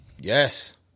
Yes